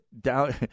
down